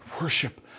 Worship